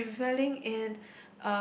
revealing in